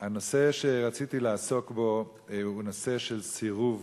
הנושא שרציתי לעסוק בו הוא סירוב